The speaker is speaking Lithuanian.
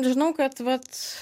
žinau kad vat